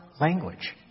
language